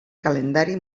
calendari